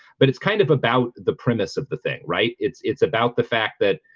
but it's kind of about the premise of the thing, right? it's it's about the fact that